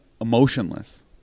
emotionless